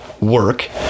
work